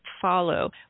follow